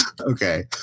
Okay